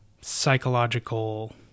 psychological